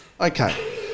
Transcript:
Okay